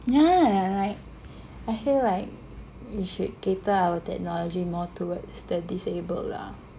yeah like I feel like we should cater our technology more towards the disabled lah